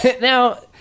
Now